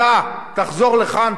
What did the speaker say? אתה תחזור לכאן,